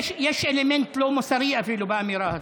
יש אלמנט לא מוסרי אפילו באמירה הזאת.